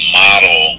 model